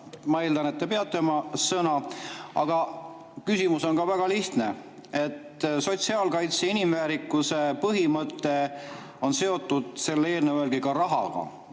Ma eeldan, et te peate oma sõna. Aga küsimus on väga lihtne. Sotsiaalkaitse ja inimväärikuse põhimõte on seotud selle eelnõu järgi ka rahaga.